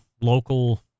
local